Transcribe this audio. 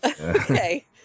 Okay